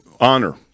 honor